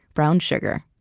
brown sugar.